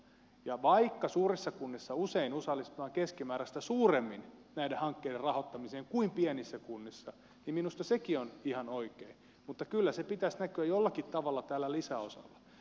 ja vaikka suurissa kunnissa usein osallistutaan keskimääräistä suuremmin näiden hankkeiden rahoittamiseen kuin pienissä kunnissa niin minusta sekin on ihan oikein mutta kyllä sen pitäisi näkyä jollakin tavalla tällä lisäosalla